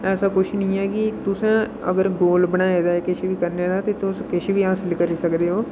ऐसा किश निं ऐ कि तुस अगर गोल बनाए दा ऐ किश बी करने दा ते तुस किश बी हासल करी सकदे ओ